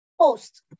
post